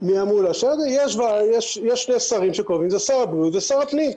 יש שני שרים שקובעים, זה שר הבריאות ושר הפנים.